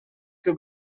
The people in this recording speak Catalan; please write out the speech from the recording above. que